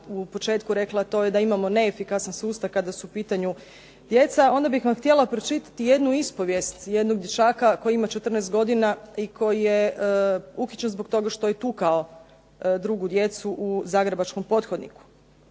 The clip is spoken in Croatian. u početku rekla, a to je da imamo neefikasan sustav kada su u pitanju djeca. Onda bih vam htjela pročitati jednu ispovijest jednog dječaka koji ima 14 godina i koji je uhićen zbog toga što je tukao drugu djecu u zagrebačkom pothodniku.